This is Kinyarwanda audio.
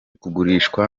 kugurishwa